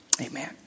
Amen